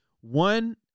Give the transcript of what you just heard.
One